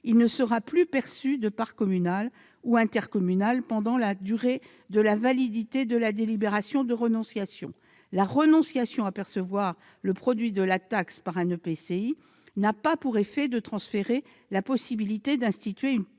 il ne sera plus perçu de part communale ou intercommunale pendant la durée de la validité de la délibération de renonciation. La renonciation à percevoir le produit de la taxe par un EPCI n'a pas pour effet de transférer la possibilité d'instituer une